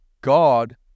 God